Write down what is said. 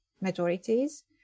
majorities